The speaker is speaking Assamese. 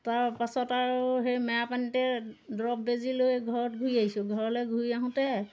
তাৰ পাছত আৰু সেই মেৰাপানীতে দৰৱ বেজি লৈ ঘৰত ঘূৰি আহিছোঁ ঘৰলৈ ঘূৰি আহোঁতে